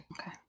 Okay